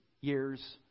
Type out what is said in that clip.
years